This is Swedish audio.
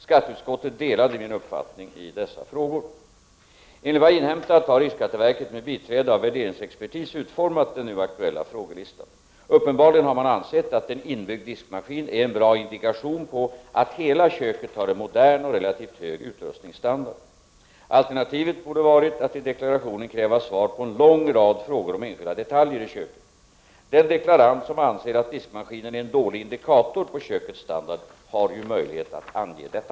Skatteutskottet delade min uppfattning i dessa frågor. Enligt vad jag inhämtat har riksskatteverket med biträde av värderingsexpertis utformat den nu aktuella frågelistan. Uppenbarligen har man ansett att en inbyggd diskmaskin är en bra indikation på att hela köket har en modern och relativt hög utrustningsstandard. Alternativet borde varit att i deklarationen kräva svar på en lång rad frågor om enskilda detaljer i köket. Den deklarant som anser att diskmaskinen är en dålig indikator på kökets standard har ju möjlighet att ange detta.